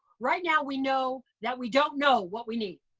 right now we know that we don't know what we need.